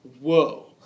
whoa